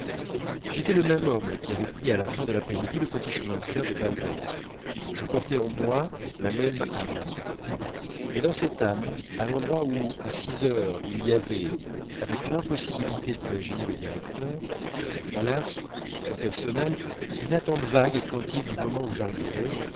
j'étais le même homme qui avait pris à la fin de l'après-midi le petit chemin de fer de balbec je portais en moi la même âme mais dans cette âme à l'endroit où à six heures il y avait avec l'impossibilité d'imaginer le directeur le palace son personnel une attente vague et craintive du moment où j'arriverais